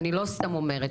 אני לא סתם אומרת.